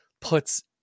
puts